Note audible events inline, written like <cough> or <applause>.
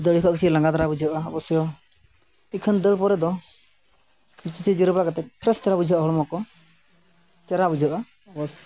ᱫᱟᱹᱲ ᱠᱷᱚᱡ ᱠᱤᱪᱷᱩ ᱞᱟᱸᱜᱟ ᱫᱷᱟᱨᱟ ᱵᱩᱡᱷᱟᱹᱜᱼᱟ ᱟᱵᱚᱥᱥᱚ ᱮᱠᱷᱟᱱ ᱫᱟᱹᱲ ᱯᱚᱨᱮ ᱫᱚ ᱠᱤᱪᱷᱩ <unintelligible> ᱡᱤᱨᱳᱣ ᱵᱟᱲᱟ ᱠᱟᱛᱮ ᱯᱷᱮᱨᱮᱥ ᱫᱷᱟᱨᱟ ᱵᱩᱡᱷᱟᱹᱜᱼᱟ ᱦᱚᱲᱢᱚ ᱠᱚ ᱪᱮᱨᱦᱟ ᱵᱩᱡᱷᱟᱹᱜᱼᱟ ᱚᱵᱚᱥᱥᱚ